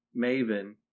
Maven